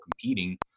competing